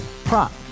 prop